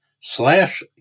slash